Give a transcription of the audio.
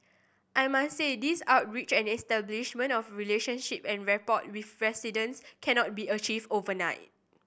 I must say these outreach and establishment of relationship and rapport with residents cannot be achieved overnight